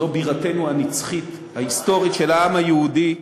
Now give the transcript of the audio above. זו בירתנו הנצחית, ההיסטורית של העם היהודי,